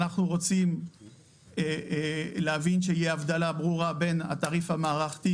אנחנו רוצים להבין שיהיה הבדלה ברורה בין התעריף המערכתי